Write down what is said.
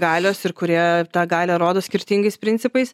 galios ir kurie tą galią rodo skirtingais principais